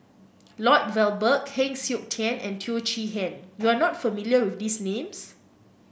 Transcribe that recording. Lloyd Valberg Heng Siok Tian and Teo Chee Hean you are not familiar with these names